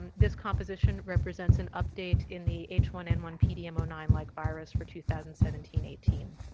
um this composition represents an update in the h one n one p d m o nine like virus for two thousand and seventeen eighteen.